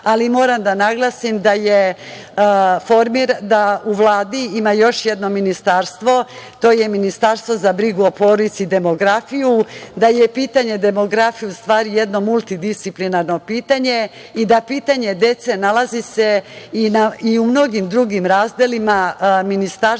ali moram da naglasim da u Vladi ima još jedno ministarstvo, a to je Ministarstvo za brigu o porodici i demografiju, da je pitanje demografije u stvari jedno multidisciplinarno pitanje i da pitanje dece se nalazi u mnogim drugim razdelima ne samo